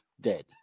dead